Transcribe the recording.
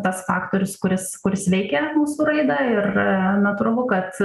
tas faktorius kuris kuris veikia mūsų raidą ir natūralu kad